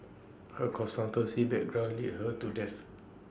her consultancy background lead her to death